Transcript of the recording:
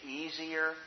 easier